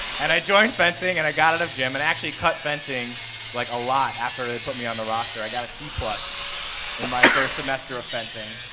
and i joined fencing and i got out of gym and i actually cut fencing like a lot after they put me on the roster. i got a c plus in my first semester of fencing.